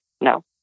no